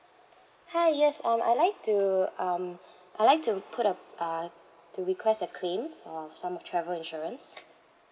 hi yes um I like to um I like to put up uh to request a claim for some of travel insurance